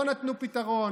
לא נתנו פתרון,